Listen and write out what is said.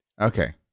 Okay